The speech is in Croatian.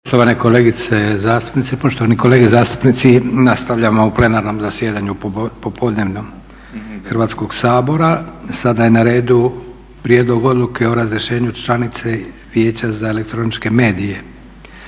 Poštovane kolegice zastupnice i poštovani kolege zastupnici, nastavljamo u plenarnom zasjedanju popodnevnom Hrvatskog sabora. Sada je na redu - Prijedlog odluke o razrješenju članice Vijeća za elektroničke medije